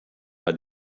bei